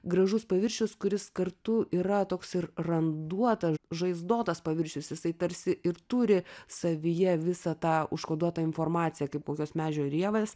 gražus paviršius kuris kartu yra toks ir randuotas žaizdotas paviršius jisai tarsi ir turi savyje visą tą užkoduotą informaciją kaip kokios medžio rievės